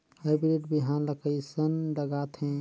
Hybrid बिहान ला कइसन लगाथे?